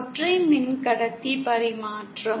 ஒற்றை மின்கடத்தி பரிமாற்றம்